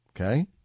okay